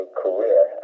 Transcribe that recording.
career